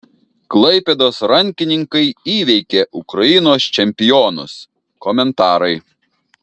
klaipėdos rankininkai įveikė ukrainos čempionus komentarai